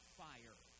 fire